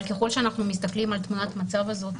ככל שאנחנו מסתכלים על תמונת המצב הזאת,